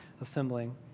assembling